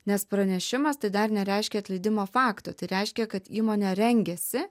nes pranešimas tai dar nereiškia atleidimo fakto tai reiškia kad įmonė rengiasi